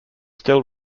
still